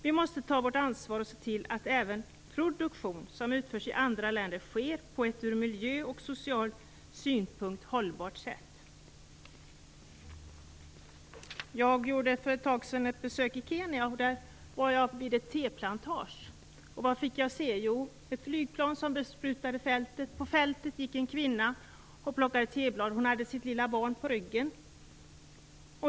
Vi måste ta vårt ansvar och se till att även produktion som utförs i andra länder sker på ett ur miljömässig och social synpunkt hållbart sätt. Jag gjorde för ett tag sedan ett besök på ett teplantage i Kenya, och vad fick jag se? Jo, ett flygplan som besprutade fältet. På fältet gick en kvinna och plockade teblad. Hon hade sitt lilla barn på ryggen.